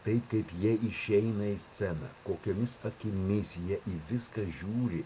tai kaip jie išeina į sceną kokiomis akimis jie į viską žiūri